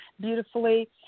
beautifully